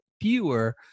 fewer